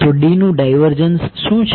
તો Dનું ડાયવર્જન્સ શું છે